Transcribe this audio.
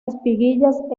espiguillas